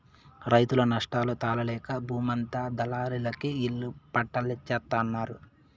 రైతులు నష్టాలు తాళలేక బూమంతా దళారులకి ఇళ్ళ పట్టాల్జేత్తన్నారు